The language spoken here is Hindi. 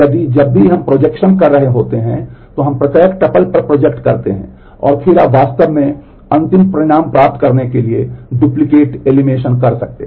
यदि हम जब भी प्रोजेक्शन पर प्रोजेक्ट कर सकते हैं और फिर आप वास्तव में अंतिम परिणाम प्राप्त करने के लिए डुप्लिकेट एलिमिनेशन कर सकते हैं